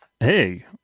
hey